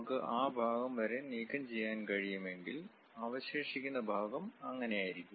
നമുക്ക് ആ ഭാഗം വരെ നീക്കംചെയ്യാൻ കഴിയുമെങ്കിൽ അവശേഷിക്കുന്ന ഭാഗം അങ്ങനെയായിരിക്കും